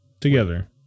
together